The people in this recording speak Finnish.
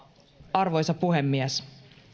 arvoisa puhemies